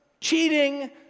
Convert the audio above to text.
cheating